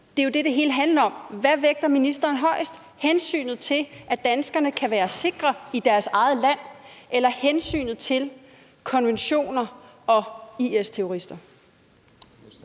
Det er jo det, det hele handler om. Hvad vægter ministeren højest – hensynet til, at danskerne kan være sikre i deres eget land, eller hensynet til konventioner og IS-terrorister?